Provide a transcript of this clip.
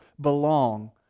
belong